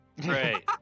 Great